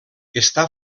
està